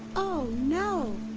oh no!